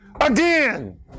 Again